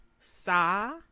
Sa